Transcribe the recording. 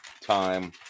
time